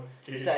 okay